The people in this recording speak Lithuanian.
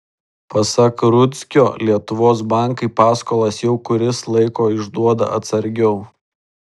pasak rudzkio lietuvos bankai paskolas jau kuris laiko išduoda atsargiau